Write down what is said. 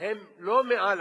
הן לא מעל הכלל,